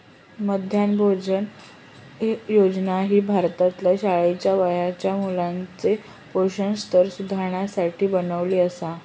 मध्यान्ह भोजन योजना ही देशभरातल्या शाळेच्या वयाच्या मुलाचो पोषण स्तर सुधारुसाठी बनवली आसा